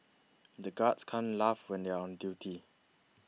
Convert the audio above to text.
the guards can't laugh when they are on duty